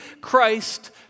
Christ